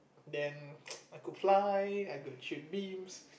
then I could fly I could shoot beams